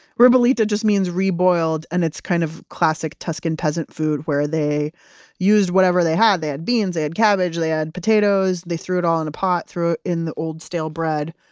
ribollita must means re-boiled, and it's kind of classic tuscan peasant food, where they used whatever they had. they had beans, they had cabbage, they had potatoes, they threw it all in a pot, threw in the old stale bread.